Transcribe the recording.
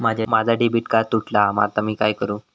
माझा debit card तुटला हा आता मी काय करू?